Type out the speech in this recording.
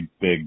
big